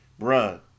bruh